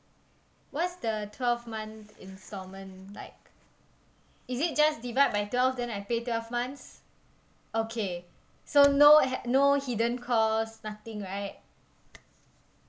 what's the twelve month instalment like is it just divide by twelve then I pay twelve months okay so no had no hidden cost nothing right